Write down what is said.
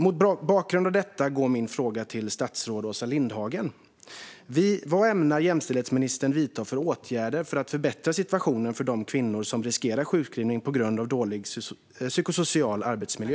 Mot bakgrund av detta går min fråga till statsrådet Åsa Lindhagen: Vad ämnar jämställdhetsministern vidta för åtgärder för att förbättra situationen för de kvinnor som riskerar sjukskrivning på grund av dålig psykosocial arbetsmiljö?